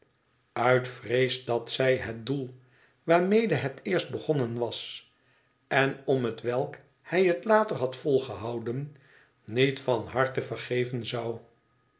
uit vrees dat zij het doel waarmede het eerst begonnen was en om hetwelk hij het later had volgehouden niet van harte vergeven zou